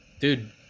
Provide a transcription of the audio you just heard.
dude